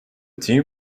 team